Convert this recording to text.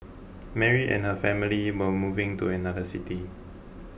Mary and her family were moving to another city